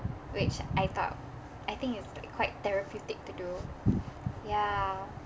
which I thought I think it's like quite therapeutic to do ya